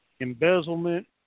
embezzlement